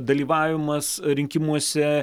dalyvavimas rinkimuose